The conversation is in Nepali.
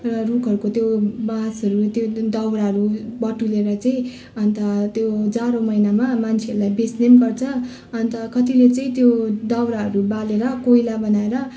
र रुखहरूको त्यो बाँसहरू त्यो जुन दाउराहरू बटुलेर चाहिँ अन्त त्यो जाडो महिनामा मान्छेहरूलाई बेच्ने पनि गर्छ अन्त कतिले चाहिँ त्यो दाउराहरू बालेर कोइला बनाएर